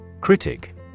Critic